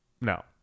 No